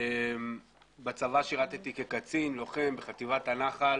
בצבא שירתי כקצין, לוחם, בחטיבת הנח"ל.